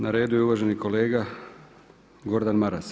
Na redu je uvaženi kolega Gordan Maras.